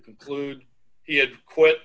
conclude he had quit